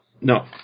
no